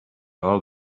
all